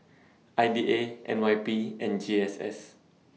I D A N Y P and G S S